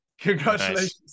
Congratulations